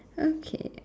okay